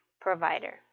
provider